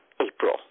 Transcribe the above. April